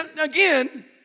again